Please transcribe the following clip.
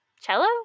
Cello